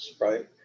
right